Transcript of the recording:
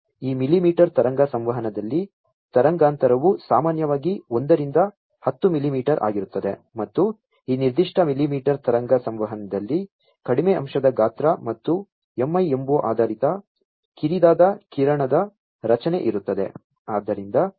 ಈ ಮಿಲಿಮೀಟರ್ ತರಂಗ ಸಂವಹನದಲ್ಲಿ ತರಂಗಾಂತರವು ಸಾಮಾನ್ಯವಾಗಿ 1 ರಿಂದ 10 ಮಿಲಿಮೀಟರ್ ಆಗಿರುತ್ತದೆ ಮತ್ತು ಈ ನಿರ್ದಿಷ್ಟ ಮಿಲಿಮೀಟರ್ ತರಂಗ ಸಂವಹನದಲ್ಲಿ ಕಡಿಮೆ ಅಂಶದ ಗಾತ್ರ ಮತ್ತು MIMO ಆಧಾರಿತ ಕಿರಿದಾದ ಕಿರಣದ ರಚನೆ ಇರುತ್ತದೆ